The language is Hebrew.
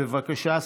בבקשה,